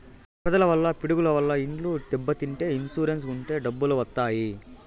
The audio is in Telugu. వరదల వల్ల పిడుగుల వల్ల ఇండ్లు దెబ్బతింటే ఇన్సూరెన్స్ ఉంటే డబ్బులు వత్తాయి